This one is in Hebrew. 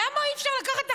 למה אי-אפשר לקחת אחריות?